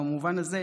במובן הזה,